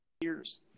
years